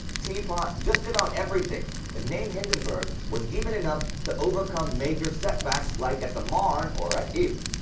teapots, just about everything. the name hindenburg was even enough to overcome major setbacks like at the marne or at ypres.